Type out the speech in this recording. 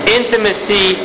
intimacy